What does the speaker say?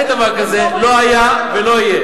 אין דבר כזה, הם לא רוצים את ההסכם הזה.